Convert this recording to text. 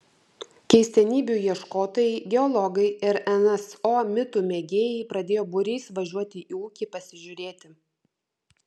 keistenybių ieškotojai geologai ir nso mitų mėgėjai pradėjo būriais važiuoti į ūkį pasižiūrėti